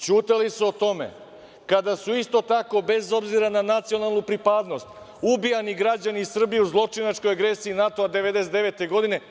Ćutali su o tome kada su isto tako bez obzira na nacionalnu pripadnost ubijani građani Srbije u zločinačkoj agresiji NATO 1999. godine.